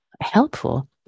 helpful